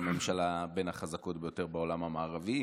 מהחזקות ביותר בעולם המערבי,